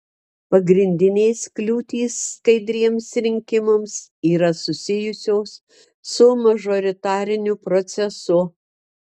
pagrindinės kliūtys skaidriems rinkimams yra susijusios su mažoritariniu procesu